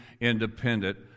independent